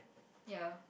ya